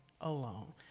alone